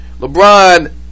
LeBron